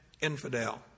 infidel